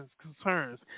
concerns